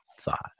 thought